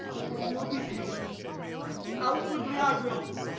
i will be patient outwardly i will.